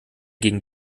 gegen